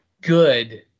good